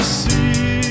see